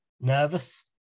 nervous